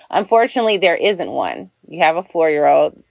unfortunately, there isn't one. you have a four year old.